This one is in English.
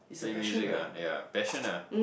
play music ah ya passion ah